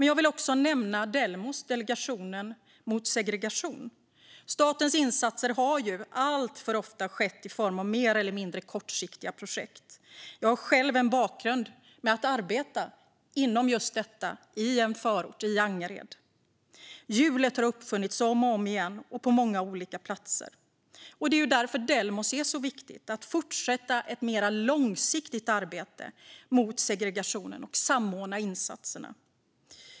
Jag vill också nämna Delegationen mot segregation, Delmos. Statens insatser har alltför ofta skett i form av mer eller mindre kortsiktiga projekt. Jag har själv en bakgrund i sådana projekt i förorten Angered. Hjulet har uppfunnits om och om igen och på många olika platser. Därför är Delmos viktigt. Det handlar om att kunna fortsätta ett mer långsiktigt arbete mot segregation och att samordna insatser.